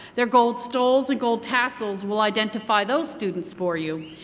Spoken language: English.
their gold stoles and gold tassels will identify those students for you.